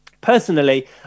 Personally